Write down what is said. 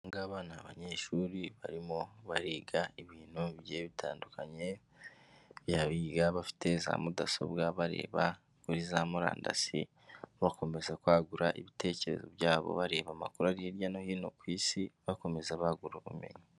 Aba ngaba ni abanyeshuri barimo bariga ibintu bigiye bitandukanye, biga bafite za mudasobwa bareba kuri za murandasi bakomeza kwagura ibitekerezo byabo, bareba amakuru ari hirya no hino ku isi, bakomeza bagura ubumenyi.